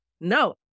No